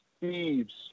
thieves